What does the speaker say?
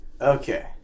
Okay